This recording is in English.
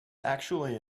actually